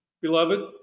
beloved